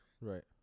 Right